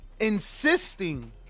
insisting